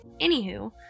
anywho